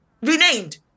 renamed